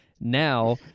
now